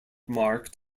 marked